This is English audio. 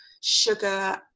sugar